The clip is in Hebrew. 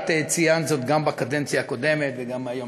את ציינת זאת גם בקדנציה הקודמת וגם היום,